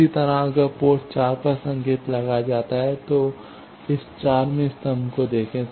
इसी तरह अगर पोर्ट 4 पर संकेत लगाया जाता है तो इस 4 वें स्तंभ को देखें